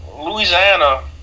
Louisiana